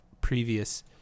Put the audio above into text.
previous